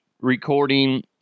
recording